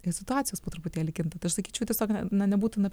ir situacijos po truputėlį kinta tai aš sakyčiau tiesiog na nebūtina